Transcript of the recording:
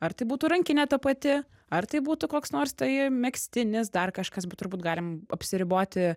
ar tai būtų rankinė ta pati ar tai būtų koks nors tai megztinis dar kažkas bet turbūt galim apsiriboti